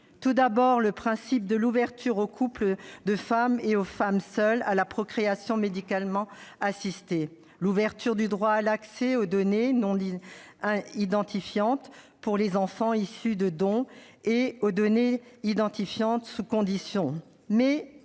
favorables au principe de l'ouverture aux couples de femmes et aux femmes seules de la procréation médicalement assistée, ainsi qu'à l'ouverture du droit à l'accès aux données non identifiantes pour les enfants issus de dons et aux données identifiantes sous condition,